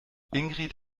ingrid